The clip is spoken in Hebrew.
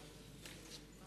כמובן.